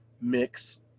mix